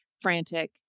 frantic